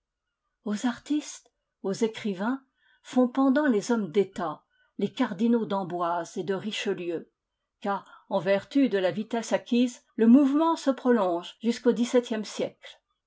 aux artistes aux écrivains font pendant les hommes d'etat les cardinaux d'amboise et de richelieu car en vertu de la vitesse acquise le mouvement se prolonge jusqu'au dixseptième siècle